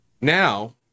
now